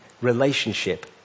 relationship